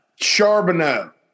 Charbonneau